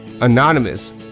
anonymous